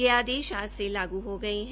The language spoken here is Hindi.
ये आदेश आज से लागू हो गये है